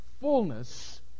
fullness